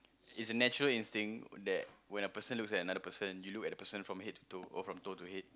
is a natural instinct that when a person looks at another person you look at the person from head to toe or from toe to head